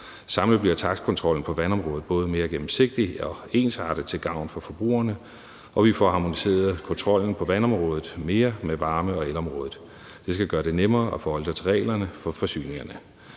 Samlet bliver takstkontrollen på vandområdet både mere gennemsigtig og ensartet til gavn for forbrugerne, og vi får harmoniseret kontrollen på vandområdet mere med varme- og elområdet. Det skal gøre det nemmere at forholde sig til reglerne for forsyningerne.